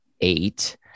eight